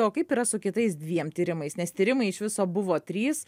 o kaip yra su kitais dviem tyrimais nes tyrimai iš viso buvo trys